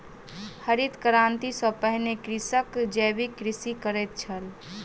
हरित क्रांति सॅ पहिने कृषक जैविक कृषि करैत छल